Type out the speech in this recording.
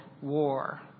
war